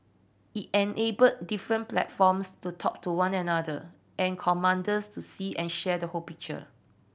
it enabled different platforms to talk to one another and commanders to see and share the whole picture